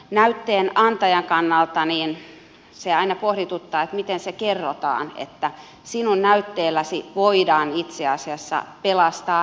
näytteen antajan kannalta se aina pohdituttaa miten se kerrotaan että sinun näytteelläsi voidaan itse asiassa pelastaa henkiä